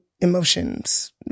emotions